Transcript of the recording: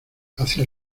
hacia